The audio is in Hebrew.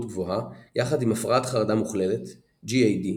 גבוהה ביחד עם הפרעת חרדה מוכללת GAD,